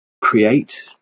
create